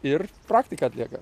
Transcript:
ir praktiką atlieka